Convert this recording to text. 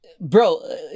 bro